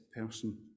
person